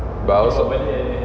but I also